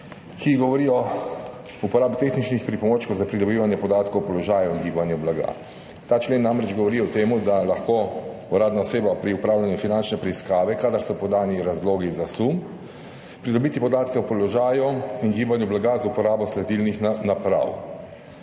ki govori o uporabi tehničnih pripomočkov za pridobivanje podatkov o položaju in gibanju blaga. Ta člen namreč govori o tem, da lahko uradna oseba pri opravljanju finančne preiskave, kadar so podani razlogi za sum, pridobi podatke o položaju in gibanju blaga z uporabo sledilnih naprav.